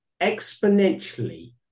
exponentially